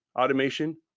automation